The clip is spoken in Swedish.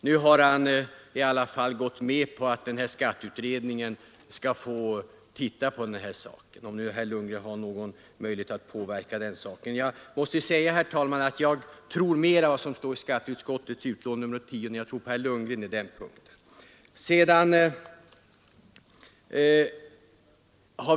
Nu har han i alla fall gått med på att skatteutredningen skall få utreda avdragsfrågan om nu herr Lundgren har någon möjlighet att påverka den saken. Jag tror, herr talman, mer på vad som står i skatteutskottets betänkande nr 10 än jag tror på herr Lundgren på denna punkt.